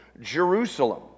Jerusalem